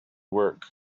work